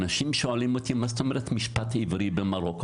כשאנשים שואלים אותי "מה זאת אומרת משפט עברי במרוקו,